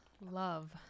love